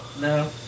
No